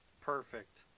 perfect